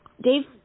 Dave